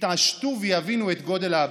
יתעשתו ויבינו את גודל האבסורד.